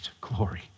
glory